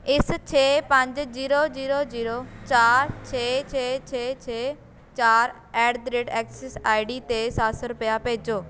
ਇਸ ਛੇ ਪੰਜ ਜੀਰੋ ਜੀਰੋ ਜੀਰੋ ਚਾਰ ਛੇ ਛੇ ਛੇ ਛੇ ਚਾਰ at the rate Axis I D 'ਤੇ ਸੱਤ ਸੌ ਰੁਪਏ ਭੇਜੋ